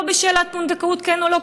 לא בשאלת פונדקאות כן או לא,